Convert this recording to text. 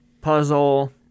puzzle